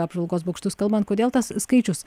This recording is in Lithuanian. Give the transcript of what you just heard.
apžvalgos bokštus kalbant kodėl tas skaičius